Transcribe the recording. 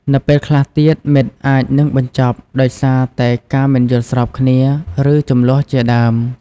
នៅពេលខ្លះទៀតមិត្តអាចនឹងបញ្ចប់ដោយសារតែការមិនយល់ស្របគ្នា ឬ ជម្លោះជាដើម។